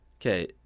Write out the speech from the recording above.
Okay